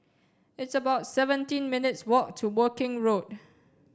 it's about seventeen minutes' walk to Woking Road